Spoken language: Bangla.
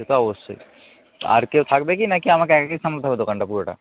সে তো অবশ্যই তো আর কেউ থাকবে কি নাকি আমাকে একাই সামলাতে হবে দোকানটা পুরোটা